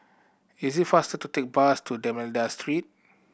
is it faster to take bus to D'Almeida Street